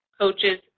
coaches